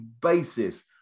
basis